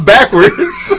Backwards